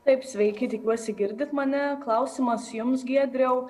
taip sveiki tikiuosi girdit mane klausimas jums giedriau